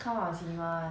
我的少女时代